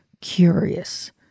curious